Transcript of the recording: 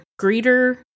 greeter